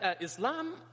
Islam